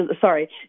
Sorry